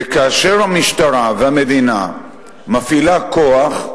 וכאשר המשטרה, והמדינה מפעילה כוח,